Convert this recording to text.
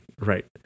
Right